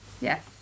Yes